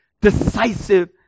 decisive